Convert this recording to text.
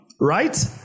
right